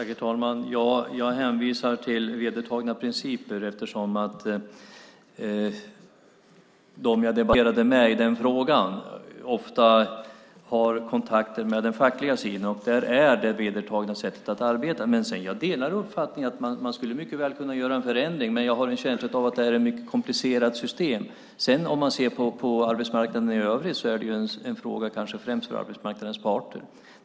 Herr talman! Jag hänvisar till vedertagna principer eftersom de jag debatterade med i den frågan ofta har kontakter med den fackliga sidan. Där är detta det vedertagna sättet att arbeta. Jag delar uppfattningen att man mycket väl skulle kunna göra en förändring, men jag har en känsla av att det här är ett mycket komplicerat system. Om man ser på arbetsmarknaden i övrigt är detta kanske främst en fråga för arbetsmarknadens parter.